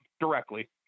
directly